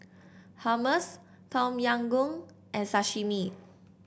Hummus Tom Yam Goong and Sashimi